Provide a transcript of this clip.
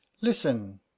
listen